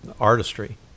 artistry